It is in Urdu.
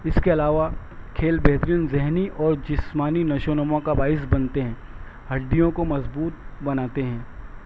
اس کے علاوہ کھیل بہترین ذہنی اور جسمانی نشو و نما کا باعث بنتے ہیں ہڈیوں کو مضبوط بناتے ہیں